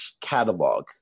catalog